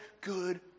good